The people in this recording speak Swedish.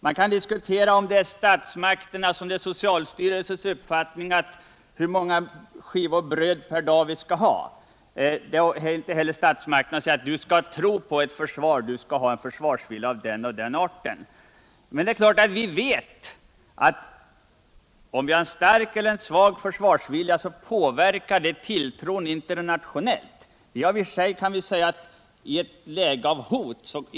Man kan också diskutera om det är riktigt att socialstyrelsen skall ha en uppfattning om hur många skivor bröd vi skall äta per dag. Det är väl inte heller statsmakternas sak att säga: Du skall tro på ett försvar, du skall ha en försvarsvilja av den och den arten. Vi vet givetvis att det påverkar tilltron till oss internationellt om vi har en stark eller svag försvarsvilja.